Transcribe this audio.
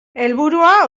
helburua